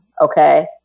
okay